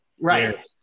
Right